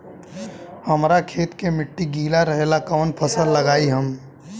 हमरा खेत के मिट्टी गीला रहेला कवन फसल लगाई हम?